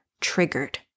triggered